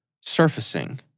surfacing